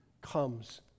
comes